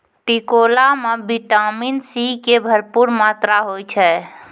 टिकोला मॅ vitamin C के भरपूर मात्रा होय छै